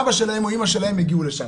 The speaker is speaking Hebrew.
אבא שלהם או אימא שלהם הגיעו לשם,